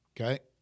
Okay